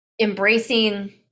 embracing